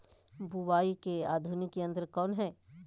बुवाई के लिए आधुनिक यंत्र कौन हैय?